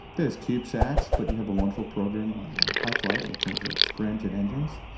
there's cube sats but you have a wonderful program on high flight in terms of scramjet engines.